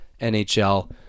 NHL